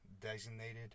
designated